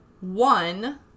one